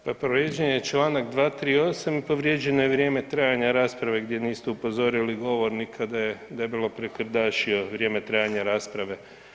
Povrijeđen je čl. 238 i povrijeđeno je vrijeme trajanja rasprave gdje niste upozorili govornika da je debelo prekardašio vrijeme trajanja rasprave.